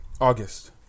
August